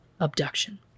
abduction